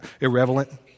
irrelevant